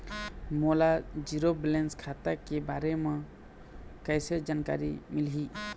मोला zero balance खाता के बारे म कैसे जानकारी मिलही?